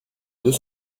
deux